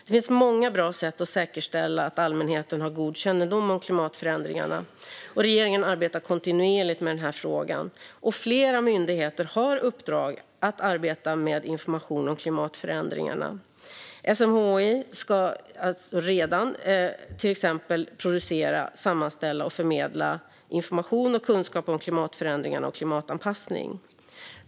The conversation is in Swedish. Det finns många bra sätt att säkerställa att allmänheten har god kännedom om klimatförändringarna. Regeringen arbetar kontinuerligt med den frågan, och flera myndigheter har i uppdrag att arbeta med information om klimatförändringarna. SMHI ska till exempel redan producera, sammanställa och förmedla information och kunskap om klimatförändringarna och klimatanpassning.